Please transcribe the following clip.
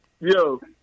Yo